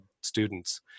students